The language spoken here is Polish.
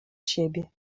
siebie